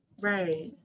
Right